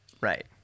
right